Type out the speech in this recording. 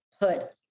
put